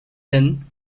then